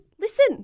listen